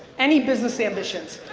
any business ambitions,